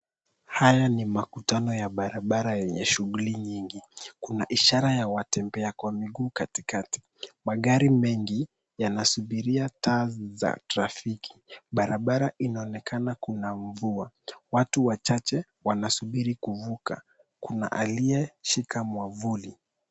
Haya ni makutano ya barabara yenye shughuli nyingi. Kuna ishara ya watembea kwa miguu katikati. Magari mengi yanasubiria taa za trafiki. Barabara inaonekana kuna mvua. Watu wachache wanasubiri kuvuka, kuna aliyeshika mwavuli.